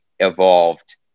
evolved